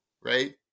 right